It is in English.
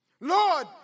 Lord